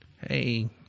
hey –